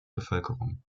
bevölkerung